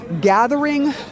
gathering